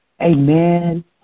Amen